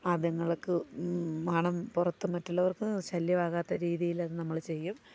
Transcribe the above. അതുങ്ങൾക്ക് മണം പുറത്ത് മറ്റുള്ളവർക്ക് ശല്യമാകാത്ത രീതിയിലത് നമ്മൾ ചെയ്യും